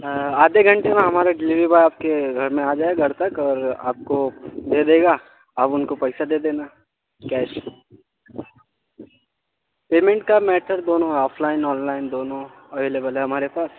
آدھے گھنٹے میں ہمارا ڈلیوری بوائے آپ کے گھر میں آجائے گا گھر تک اور آپ کو دے دے گا آپ ان کو پیسہ دے دینا کیش پیمنٹ کا میتھڈ دونوں آفلائن آنلائن دونوں اویلیبل ہے ہمارے پاس